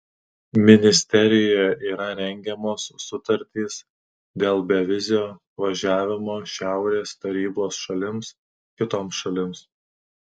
ministerijoje yra rengiamos sutartys dėl bevizio važiavimo šiaurės tarybos šalims kitoms šalims